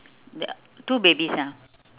uh two babies ah